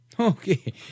Okay